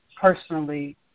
personally